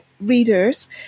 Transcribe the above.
readers